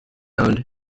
owned